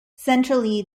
centrally